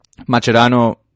Macerano